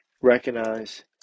recognize